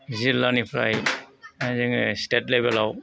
जिल्लानिफ्राय जों स्टेट लेबेलाव